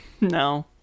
No